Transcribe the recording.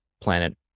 planet